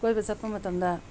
ꯀꯣꯏꯕ ꯆꯠꯄ ꯃꯇꯝꯗ